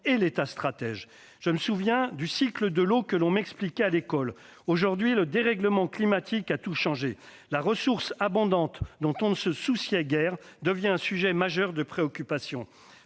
et l'État stratège ! Je me souviens enfin du cycle de l'eau, que l'on m'expliquait à l'école. Aujourd'hui, le dérèglement climatique a tout changé. La ressource abondante, dont on ne se souciait guère, est devenue un sujet majeur de préoccupation.